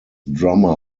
drummer